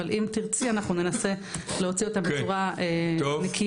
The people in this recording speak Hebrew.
אבל אם תרצי אנחנו ננסה להוציא אותם בצורה נקייה.